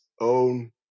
own